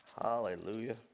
Hallelujah